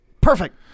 Perfect